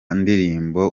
ndirimbo